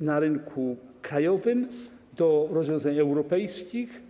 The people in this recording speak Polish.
na rynku krajowym do rozwiązań europejskich.